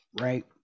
right